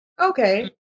Okay